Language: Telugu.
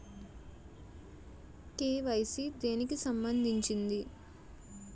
కే.వై.సీ దేనికి సంబందించింది?